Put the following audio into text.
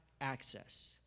access